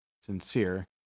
sincere